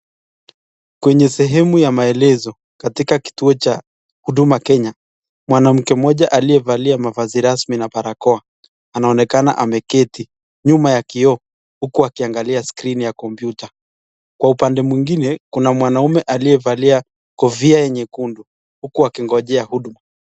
Kwenye sehemu ya maelezo katika kituo cha Huduma Kenya. Mwanamke mmoja aliyevalia mavazi rasmi na barakoa anaonekana ameketi nyuma ya kioo uku akiangalia skrini ya kompyuta. Kwa upande mwingine kuna mwanaume aliyevalia kofia nyekundu uku akigonjea huduma.